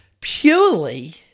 purely